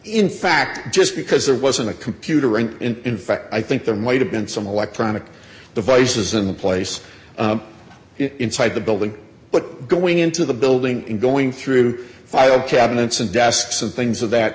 in fact just because there wasn't a computer and in fact i think there might have been some electronic devices in the place inside the building but going into the building and going through file cabinets and desks and things of that